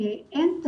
אבל יעל,